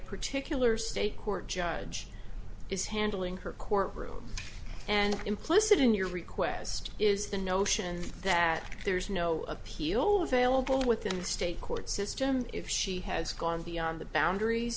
particular state court judge is handling her court room and implicit in your request is the notion that there is no appeal with vailable within the state court system if she has gone beyond the boundaries